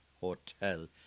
Hotel